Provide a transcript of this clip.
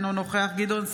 אינו נוכח גדעון סער,